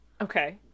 okay